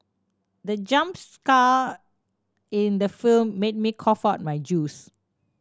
the jump scare in the film made me cough out my juice